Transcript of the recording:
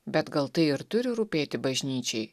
bet gal tai ir turi rūpėti bažnyčiai